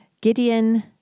Gideon